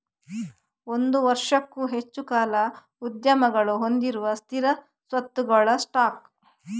ಒಂದು ವರ್ಷಕ್ಕೂ ಹೆಚ್ಚು ಕಾಲ ಉದ್ಯಮಗಳು ಹೊಂದಿರುವ ಸ್ಥಿರ ಸ್ವತ್ತುಗಳ ಸ್ಟಾಕ್